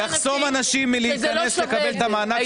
הוא יחסום אנשים מלהיכנס לקבל את המענק כי